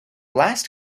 last